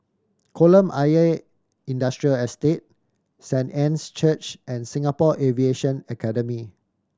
Kolam Ayer Industrial Estate Saint Anne's Church and Singapore Aviation Academy